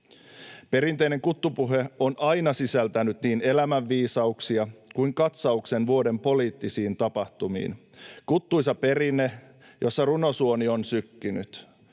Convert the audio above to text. Perinteinen kuttupuhe on aina sisältänyt niin elämänviisauksia kuin katsauksen vuoden poliittisiin tapahtumiin — kuttuisa perinne, jossa runosuoni on sykkinyt.